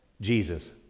Jesus